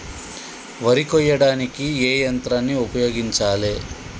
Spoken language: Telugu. వరి కొయ్యడానికి ఏ యంత్రాన్ని ఉపయోగించాలే?